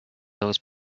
those